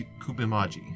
Kubimaji